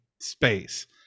space